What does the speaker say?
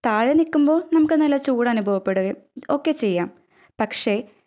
താഴെ നിൽക്കുമ്പോള് നമുക്ക് നല്ല ചൂടനുഭവപ്പെടുകയും ഒക്കെ ചെയ്യാം പക്ഷെ